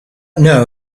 know